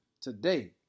today